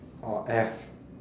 orh F